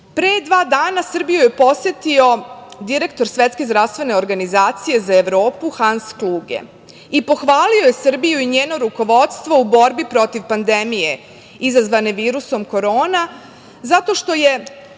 dva dana Srbiju je posetio direktor Svetske zdravstvene organizacije za Evropu, Hans Kluge i pohvalio je Srbiju i njeno rukovodstvo u borbi protiv pandemije izazvane virusom Korona zato što je